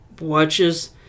watches